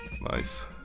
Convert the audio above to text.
Nice